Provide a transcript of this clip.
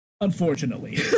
Unfortunately